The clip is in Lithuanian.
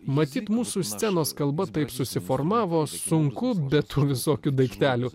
matyt mūsų scenos kalba taip susiformavo sunku be tų visokių daiktelių